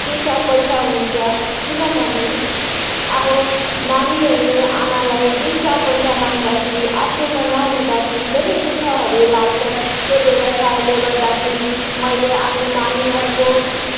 दुई चार पैसा हुन्छ किनभने अब नानीहरूले आमालाई दुई चार पैसा माग्दाखेरि आफ्नोमा नहुँदाखेरि धेरै दुःखहरू लाग्छ त्यो व्यवसायले गर्दाखेरि मैले आफ्नो नानीहरूको